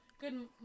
Good